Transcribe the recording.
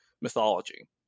mythology